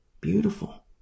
Beautiful